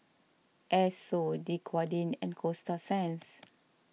Esso Dequadin and Coasta Sands